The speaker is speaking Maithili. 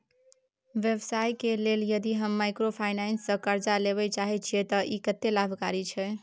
व्यवसाय करे के लेल यदि हम माइक्रोफाइनेंस स कर्ज लेबे चाहे छिये त इ कत्ते लाभकारी छै?